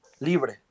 Libre